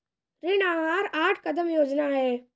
ऋण आहार आठ कदम योजना है